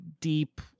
deep